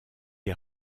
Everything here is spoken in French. les